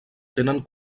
tenen